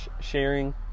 sharing